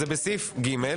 אז זה בסעיף ג,